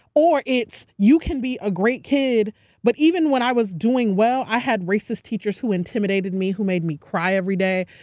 or it's you can be a great kid but even when i was doing well, i had racist teachers who intimidated me, who made me cry every day.